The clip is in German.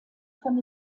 von